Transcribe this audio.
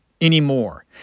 anymore